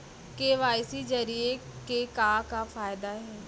KYC जरिए के का फायदा हे?